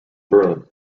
berlin